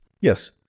Yes